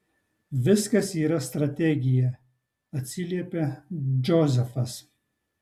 viskas yra strategija atsiliepia džozefas